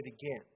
again